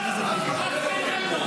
ע'צבן ענו,